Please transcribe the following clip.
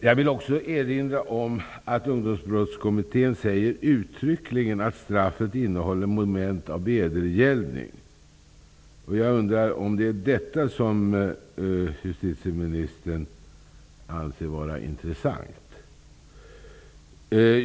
Jag vill också erinra om att Ungdomsbrottskommittén uttryckligen säger att straffet innehåller ett moment av vedergällning. Jag undrar om det är detta som justitieministern anser vara intressant.